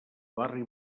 barri